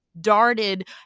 darted